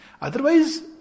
Otherwise